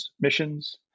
missions